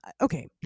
okay